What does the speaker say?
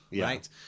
right